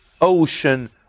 ocean